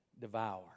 devour